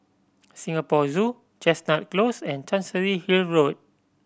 Singapore Zoo Chestnut Close and Chancery Hill Road